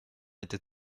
était